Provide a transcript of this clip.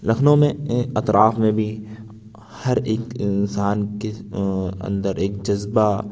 لکھنؤ میں اطراف میں بھی ہر ایک انسان کے اندر ایک جذبہ